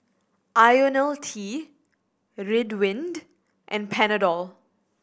Ionil T Ridwind and Panadol